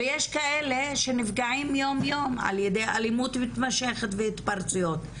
ויש כאלה שנפגעים יום יום על-ידי אלימות מתמשכת והתפרצויות.